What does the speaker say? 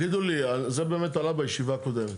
תגידו לי, זה באמת עלה בישיבה הקודמת.